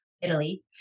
Italy